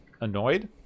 annoyed